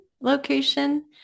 location